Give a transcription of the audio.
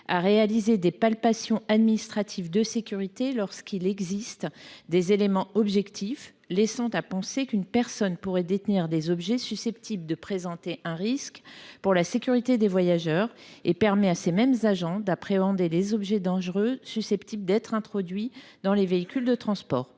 à réaliser des palpations administratives de sécurité lorsqu’il existe des éléments objectifs laissant à penser qu’une personne pourrait détenir des objets susceptibles de présenter un risque pour la sécurité des voyageurs. Cet article permet à ces mêmes agents de se saisir des objets dangereux susceptibles d’être introduits dans les véhicules de transport.